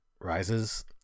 rises